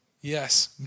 Yes